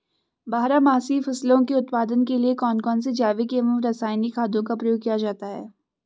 बारहमासी फसलों के उत्पादन के लिए कौन कौन से जैविक एवं रासायनिक खादों का प्रयोग किया जाता है?